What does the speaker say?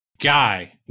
guy